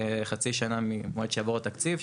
חצי שנה מהמועד שיעבור התקציב,